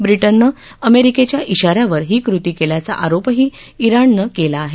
ब्रिटननं अमेरिकेच्या इशा यावर ही कृती केल्याचा आरोपही इराणनं केला आहे